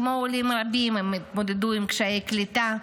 כמו עולים רבים, הם התמודדו עם קשיי קליטה,